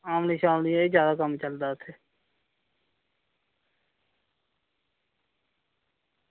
आमली दा एह्दा जादा कम्म चलदा इत्थें